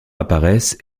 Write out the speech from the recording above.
apparaissent